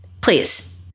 Please